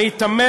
אני תמה